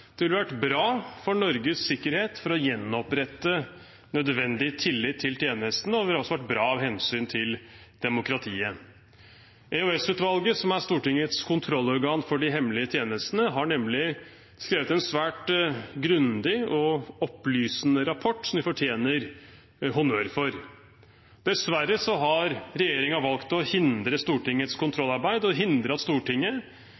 Det ville vært bra for Norges sikkerhet, for å gjenopprette nødvendig tillit til tjenestene, og det ville også vært bra av hensyn til demokratiet. EOS-utvalget, som er Stortingets kontrollorgan for de hemmelige tjenestene, har nemlig skrevet en svært grundig og opplysende rapport som de fortjener honnør for. Dessverre har regjeringen valgt å hindre Stortingets kontrollarbeid og hindre at Stortinget